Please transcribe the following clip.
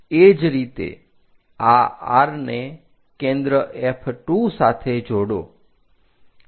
એ જ રીતે આ R ને કેન્દ્ર F2 સાથે જોડો